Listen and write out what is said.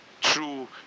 true